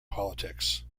politics